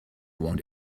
want